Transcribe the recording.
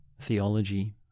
theology